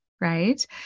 right